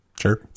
sure